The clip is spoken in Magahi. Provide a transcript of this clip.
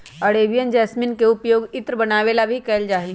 अरेबियन जैसमिन के पउपयोग इत्र बनावे ला भी कइल जाहई